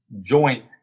joint